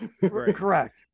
Correct